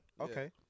Okay